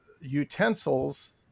utensils